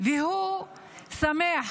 והוא שמח